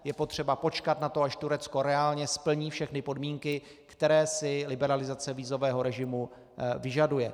Je potřeba počkat na to, až Turecko reálně splní všechny podmínky, které si liberalizace vízového režimu vyžaduje.